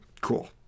Cool